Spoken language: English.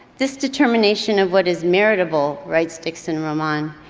this determination of what is marital, writes dixon-roman,